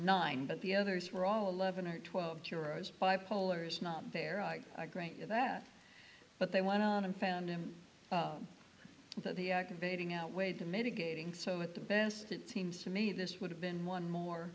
nine but the others were all eleven or twelve jurors bipolar is not there i agree with that but they went on and found him that he activating outweighed the mitigating so with the best it seems to me this would have been one